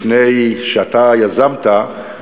לפני שאתה יזמת,